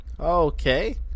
Okay